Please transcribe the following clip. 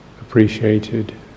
appreciated